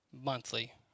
monthly